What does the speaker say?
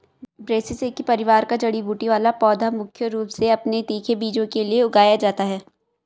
ब्रैसिसेकी परिवार का जड़ी बूटी वाला पौधा मुख्य रूप से अपने तीखे बीजों के लिए उगाया जाता है